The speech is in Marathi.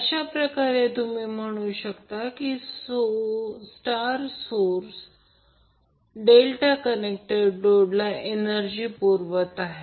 अशाप्रकारे तुम्ही म्हणू शकता की स्टार सोर्स डेल्टा कनेक्टेड लोडला एनर्जी पुरवत आहे